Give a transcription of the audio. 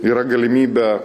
yra galimybė